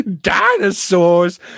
Dinosaurs